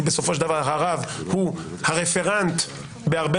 כי בסופו של דבר הרב הוא הרפרנט בהרבה